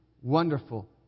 wonderful